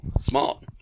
smart